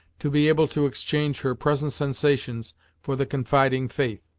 to be able to exchange her present sensations for the confiding faith,